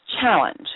Challenge